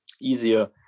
easier